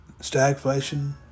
stagflation